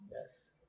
Yes